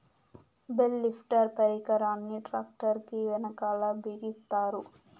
bale lifter పరికరాన్ని tractor కీ వెనకాల బిగిస్తారు